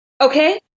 okay